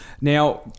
Now